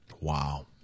Wow